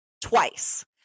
twice